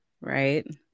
right